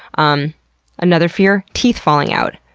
um another fear, teeth falling out.